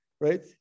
right